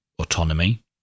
autonomy